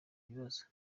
ibibazo